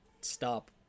stop